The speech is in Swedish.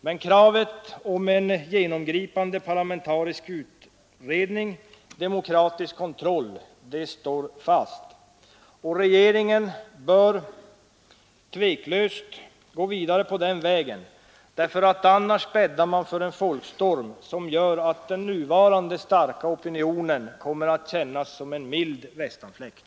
Men kravet på en genomgripande parlamentarisk utredning och demokratisk kontroll står fast. Regeringen bör tveklöst gå vidare på den vägen, för annars bäddar man för en folikstorm som gör att den nuvarande starka opinionen kommer att kännas som en mild västanfläkt.